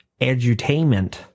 edutainment